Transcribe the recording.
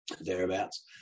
thereabouts